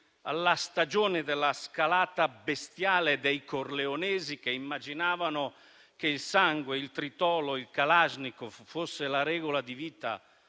alla stagione della scalata bestiale dei corleonesi, che immaginavano che il sangue, il tritolo e i kalashnikov fossero la regola di vita,